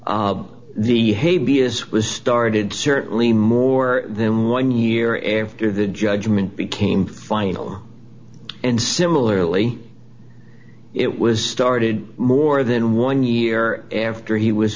is was started certainly more then one year after the judgement became final and similarly it was started more than one year after he was